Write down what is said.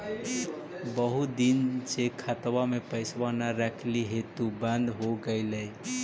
बहुत दिन से खतबा में पैसा न रखली हेतू बन्द हो गेलैय?